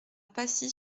pacy